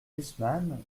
gusman